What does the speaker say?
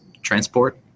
Transport